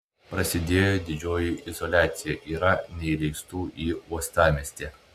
prasidėjo didžioji izoliacija yra neįleistų į uostamiestį